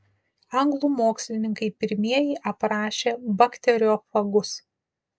anglų mokslininkai pirmieji aprašė bakteriofagus